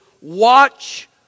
watch